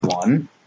One